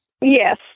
yes